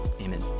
Amen